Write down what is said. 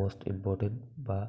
most important বা